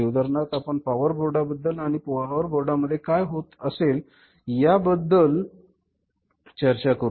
उदाहरणार्थ आपण पॉवर बोर्डबद्दल आणि पॉवर बोर्डामध्ये काय होत असेल याबद्दल चर्चा करू